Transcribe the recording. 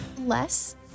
Less